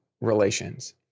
relations